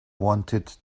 wanted